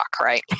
right